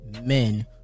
men